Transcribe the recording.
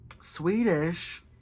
Swedish